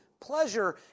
pleasure